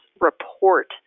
Report